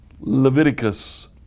Leviticus